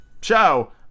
show